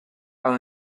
are